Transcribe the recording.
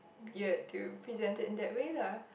weird to present it in that way lah